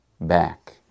back